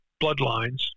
bloodlines